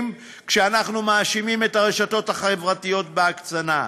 כשאנחנו מאשימים את הרשתות החברתיות בהקצנה.